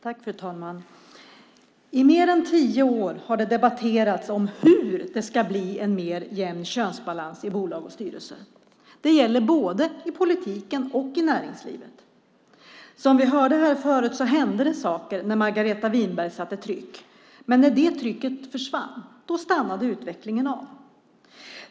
Fru talman! I mer än tio år har det debatterats hur det ska bli en mer jämn könsbalans i styrelser. Det gäller både i politiken och i näringslivet. Som vi hörde här förut hände det saker när Margareta Winberg satte tryck, men när det trycket försvann stannade utvecklingen av.